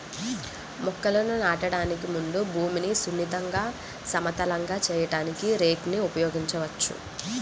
మొక్కలను నాటడానికి ముందు భూమిని సున్నితంగా, సమతలంగా చేయడానికి రేక్ ని ఉపయోగించవచ్చు